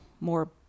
more